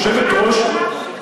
יושבת-ראש,